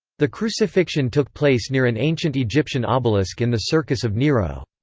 the crucifixion took place near an ancient egyptian obelisk in the circus of nero.